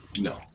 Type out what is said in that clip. no